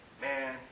Man